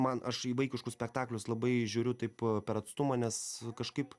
man aš į vaikiškus spektaklius labai žiūriu taip a per atstumą nes kažkaip